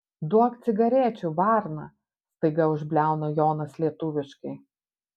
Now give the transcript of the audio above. duok cigarečių varna staiga užbliauna jonas lietuviškai